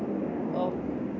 oh